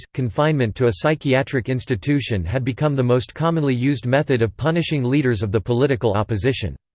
confinement to a psychiatric institution had become the most commonly used method of punishing leaders of the political opposition.